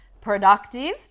productive